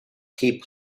hip